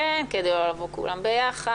כדי לא לבוא כולן ביחד,